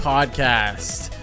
Podcast